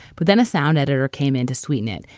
but then a sound editor came in to sweeten it,